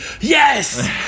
yes